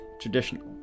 traditional